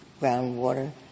groundwater